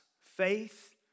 faith